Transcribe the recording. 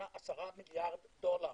8, 10 מיליארד דולק,